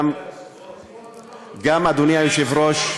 אדוני היושב-ראש,